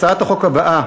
הצעת החוק הבאה,